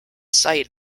site